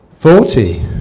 Forty